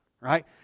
right